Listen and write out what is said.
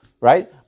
right